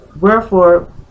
wherefore